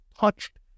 touched